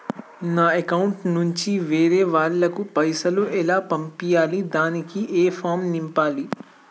నా అకౌంట్ నుంచి వేరే వాళ్ళకు పైసలు ఎలా పంపియ్యాలి దానికి ఏ ఫామ్ నింపాలి?